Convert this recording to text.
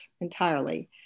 entirely